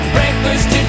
Breakfast